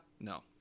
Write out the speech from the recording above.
no